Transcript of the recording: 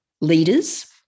leaders